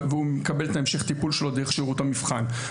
והוא מקבל המשך טיפול שלו דרך שרות המבחן.